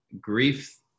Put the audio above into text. grief